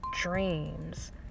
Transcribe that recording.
dreams